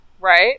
right